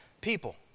people